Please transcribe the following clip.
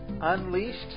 Unleashed